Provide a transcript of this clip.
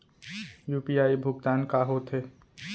UPI भुगतान का होथे?